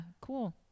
cool